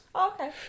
okay